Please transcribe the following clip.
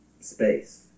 space